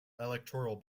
electoral